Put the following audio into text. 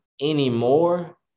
anymore